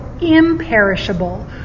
imperishable